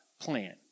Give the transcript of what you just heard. plan